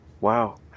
wow